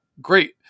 Great